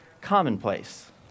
commonplace